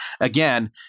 again